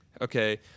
Okay